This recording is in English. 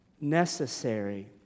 necessary